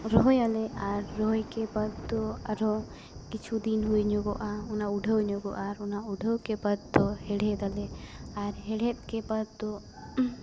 ᱨᱚᱦᱚᱭᱟᱞᱮ ᱟᱨ ᱨᱚᱦᱚᱭᱠᱮ ᱵᱟᱫᱽᱫᱚ ᱟᱨᱦᱚᱸ ᱠᱤᱪᱷᱩᱫᱤᱱ ᱦᱩᱭ ᱧᱚᱜᱚᱜᱼᱟ ᱚᱱᱟ ᱩᱰᱷᱟᱹᱣ ᱧᱚᱜᱚᱜᱼᱟ ᱚᱱᱟ ᱩᱰᱷᱟᱹᱣᱠᱮ ᱵᱟᱫᱽᱫᱚ ᱦᱮᱲᱦᱮᱫᱽ ᱟᱞᱮ ᱟᱨ ᱦᱮᱲᱦᱮᱫᱽᱠᱮ ᱵᱟᱫᱽᱫᱚ